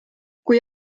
kui